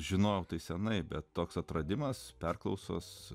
žinojau tai seniai bet toks atradimas perklausas